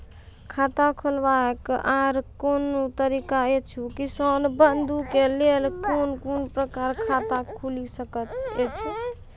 खाता खोलवाक आर कूनू तरीका ऐछि, किसान बंधु के लेल कून कून प्रकारक खाता खूलि सकैत ऐछि?